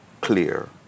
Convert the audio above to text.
clear